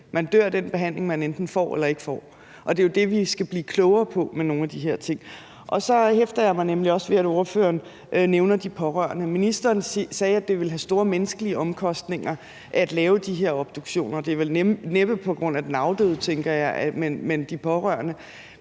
Man dør af den behandling, man enten får eller ikke får, og det er jo det, vi skal blive klogere på med nogle af de her ting. Så hæfter jeg mig nemlig også ved, at ordføreren nævner de pårørende. Ministeren sagde, det ville have store menneskelige omkostninger at lave de her obduktioner, og det er vel næppe på grund af den afdøde, tænker jeg, men derimod de pårørende.